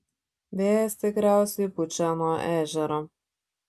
vėjas tikriausiai pučia nuo ežero